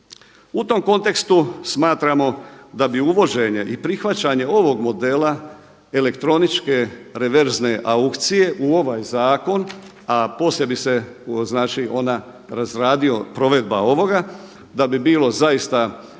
U tom kontekstu smatramo da bi uvođenje i prihvaćanje ovog modela elektroničke reverzne aukcije u ovaj zakon, a posebice znači ona razradio provedba ovoga da bi bilo zaista za